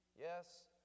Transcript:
yes